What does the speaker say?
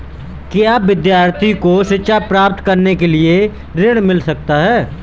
क्या विद्यार्थी को शिक्षा प्राप्त करने के लिए ऋण मिल सकता है?